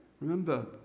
Remember